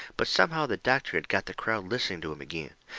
but somehow the doctor had got the crowd listening to him agin,